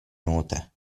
note